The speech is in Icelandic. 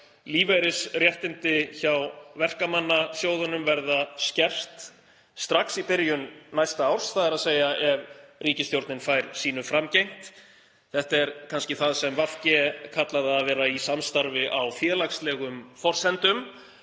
lífeyrisréttindi hjá verkamannasjóðunum verða skert strax í byrjun næsta árs, þ.e. ef ríkisstjórnin fær sínu framgengt. Þetta er kannski það sem VG kallar að vera í samstarfi á félagslegum forsendum.